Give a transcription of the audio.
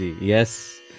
Yes